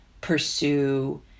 pursue